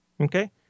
Okay